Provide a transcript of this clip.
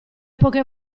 poche